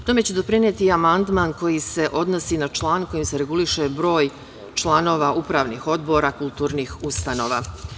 Tome će doprineti i amandman koji se odnosi na član kojim se reguliše broj članova upravnih odbora kutlurnih ustanova.